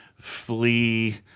flee